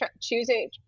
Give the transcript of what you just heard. choosing